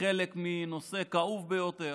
כחלק מנושא כאוב ביותר,